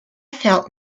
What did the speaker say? felt